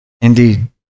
indeed